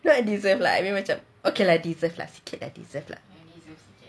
not deserve lah macam okay lah deserve lah sikit deserve lah